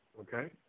Okay